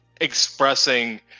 expressing